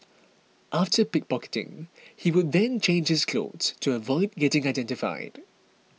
after pick pocketing he would then change his clothes to avoid getting identified